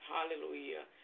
Hallelujah